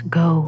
go